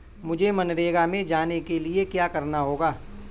मुझे मनरेगा में जाने के लिए क्या करना होगा?